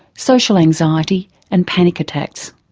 social anxiety and panic attacks.